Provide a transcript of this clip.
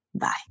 Bye